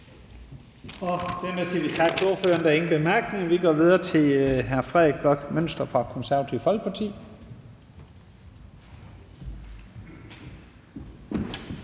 Dermed siger vi tak til ordføreren. Der er ingen korte bemærkninger. Vi går videre til hr. Frederik Bloch Münster fra Det Konservative Folkeparti.